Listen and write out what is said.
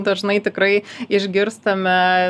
dažnai tikrai išgirstame